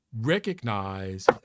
recognize